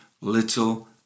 little